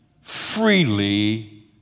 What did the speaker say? freely